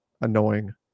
annoying